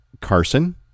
Carson